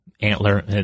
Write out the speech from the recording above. antler